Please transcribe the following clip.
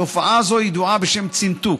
תופעה זו ידועה בשם צנתוק.